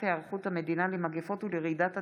הצעת חוק צער בעלי חיים (ניסויים בבעלי חיים)